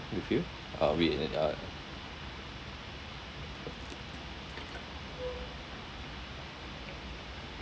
with you uh with and uh